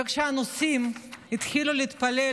וכשהנוסעים התחילו להתפלל,